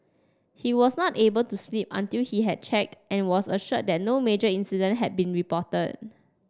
he was not able to sleep until he had checked and was assured that no major incident had been reported